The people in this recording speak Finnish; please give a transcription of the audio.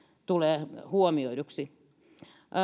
tulee huomioiduksi